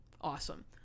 awesome